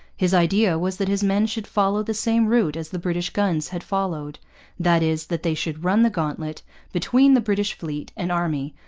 his idea was that his men should follow the same route as the british guns had followed that is, that they should run the gauntlet between the british fleet and army,